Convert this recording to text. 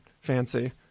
fancy